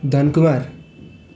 Dhan Kumar